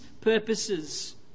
purposes